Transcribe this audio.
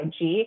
IG